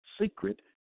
secret